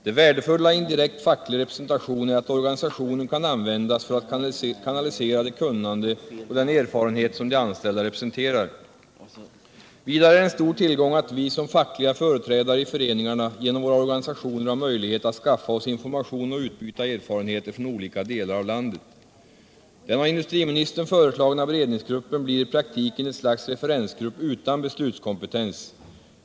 Det värdefulla i en direkt facklig representation är att organisationen kan användas för att kanalisera det kunnande och den erfarenhet som de anställda representerar. Vidare är det en stor tillgång att vi som fackliga företrädare i föreningarna genom våra organisationer har möjlighet att skaffa oss information och utbyta erfarenheter från olika delar av landet. Den av industriministern föreslagna beredningsgruppen blir i praktiken ett slags referensgrupp utan beslutskompetens.